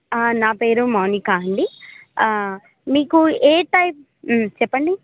ఆ నా పేరు మోనికా అండి మీకు ఏ టైప్ మ్మ్ చెప్పండి